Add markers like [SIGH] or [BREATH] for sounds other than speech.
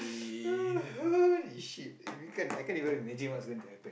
[BREATH] holy shit I can't even imagine what's going to happen